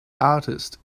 artist